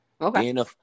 Okay